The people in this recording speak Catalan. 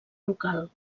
local